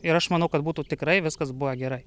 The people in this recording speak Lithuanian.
ir aš manau kad būtų tikrai viskas buvę gerai